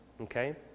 okay